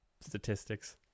statistics